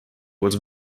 was